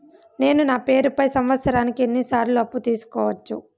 నేను నా పేరుపై సంవత్సరానికి ఎన్ని సార్లు అప్పు తీసుకోవచ్చు?